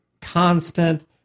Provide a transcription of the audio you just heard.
constant